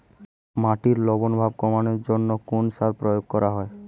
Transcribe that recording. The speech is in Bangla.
মাটির লবণ ভাব কমানোর জন্য কোন সার প্রয়োগ করা হয়?